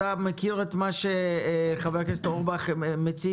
אתה מכיר את מה שחבר הכנסת אורבך מציג?